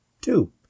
two